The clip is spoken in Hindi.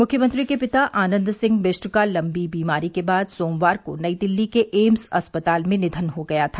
मुख्यमंत्री के पिता आनंद सिंह बिष्ट का लंबी बीमारी के बाद सोमवार को नई दिल्ली के एम्स अस्पताल में निधन हो गया था